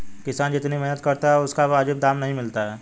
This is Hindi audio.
किसान जितनी मेहनत करता है उसे उसका वाजिब दाम नहीं मिलता है